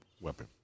weapon